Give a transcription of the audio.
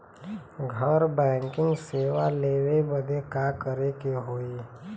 घर बैकिंग सेवा लेवे बदे का करे के होई?